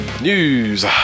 News